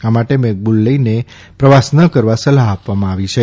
આ માટે મેકબુક લઇને પ્રવાસ ન કરવા સલાહ આપવામાં આવી છે